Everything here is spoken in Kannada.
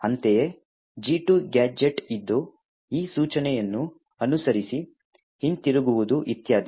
ಅಂತೆಯೇ G2 ಗ್ಯಾಜೆಟ್ ಇದ್ದು ಈ ಸೂಚನೆಯನ್ನು ಅನುಸರಿಸಿ ಹಿಂತಿರುಗುವುದು ಇತ್ಯಾದಿ